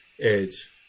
Edge